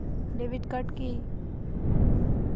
Debit card কি?